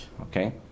Okay